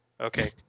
Okay